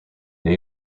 new